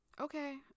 Okay